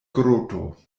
groto